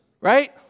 Right